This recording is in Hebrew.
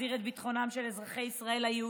להחזיר את ביטחונם של אזרחי ישראל היהודים,